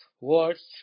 words